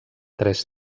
tres